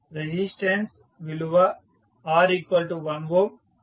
resistance విలువ R 1Ω అలాగే C0